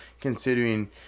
Considering